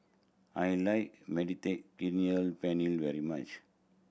I like Mediterranean Penne very much